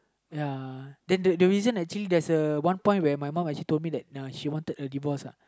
ya then the the reason actually there's a one point where my mum actually told me that she wanted a divorce uh